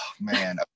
man